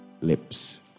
lips